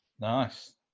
Nice